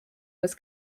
was